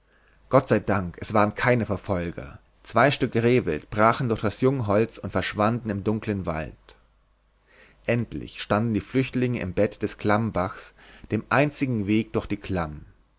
gott sei dank es waren keine verfolger zwei stück rehwild brachen durch das jungholz und verschwanden im dunklen wald endlich standen die flüchtlinge im bett des klammbachs dem einzigen weg durch die klamm